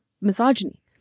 misogyny